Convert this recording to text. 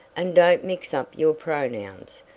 and don't mix up your pronouns.